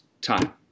time